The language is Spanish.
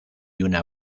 una